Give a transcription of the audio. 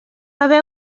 haver